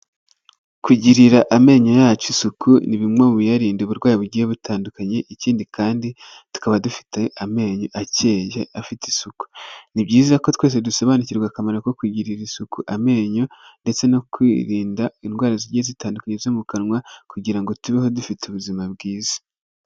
Kugirira amenyo yacu isuku ni bimwe mu biyarinda uburwayi bugiye butandukanye, ikindi kandi tukaba dufite amenyo akeye afite isuku, ni byiza ko twese dusobanukirwa akamaro ko kugirira isuku amenyo, ndetse no kwirinda indwara zigiye zitandukanye zo mu kanwa kugira ngo tubeho dufite ubuzima bwiza.